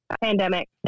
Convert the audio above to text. pandemic